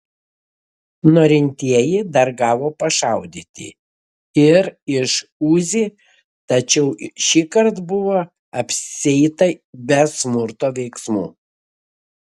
norintieji dar gavo pašaudyti ir iš uzi tačiau šįkart buvo apsieita be smurto veiksmų